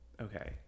okay